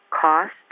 cost